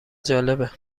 جالبه